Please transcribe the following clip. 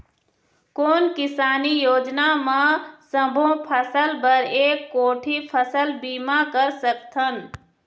कोन किसानी योजना म सबों फ़सल बर एक कोठी फ़सल बीमा कर सकथन?